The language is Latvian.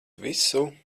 visu